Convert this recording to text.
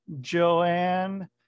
joanne